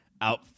out